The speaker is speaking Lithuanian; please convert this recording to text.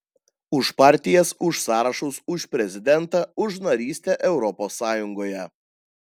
už partijas už sąrašus už prezidentą už narystę europos sąjungoje